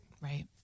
right